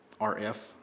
RF